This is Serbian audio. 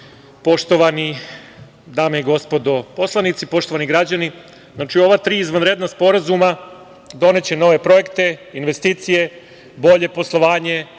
poštovane dame i gospodo poslanici, poštovani građani, ova tri izvanredna sporazuma doneće nove projekte, investicije, bolje poslovanje